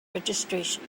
registration